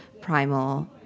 primal